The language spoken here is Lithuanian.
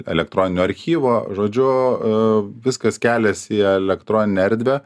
elektroninio archyvo žodžiu ee viskas keliasi į elektroninę erdvę